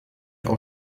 auch